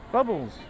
Bubbles